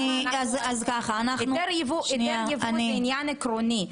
היתר ייבוא הוא עניין עקרוני,